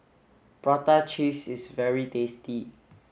prata cheese is very tasty